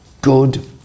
good